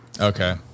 Okay